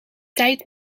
tijd